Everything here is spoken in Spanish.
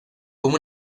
como